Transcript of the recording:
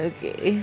Okay